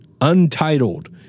Untitled